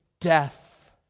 death